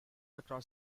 across